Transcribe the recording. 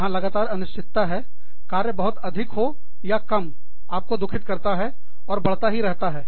जहाँ लगातार अनिश्चितता है कार्य बहुत अधिक हो या कम आपको दुखित करता है और बढ़ता ही रहता है